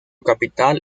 capital